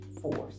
force